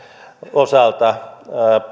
osalta